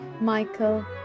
Michael